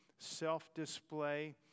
self-display